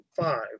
five